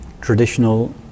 traditional